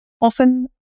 Often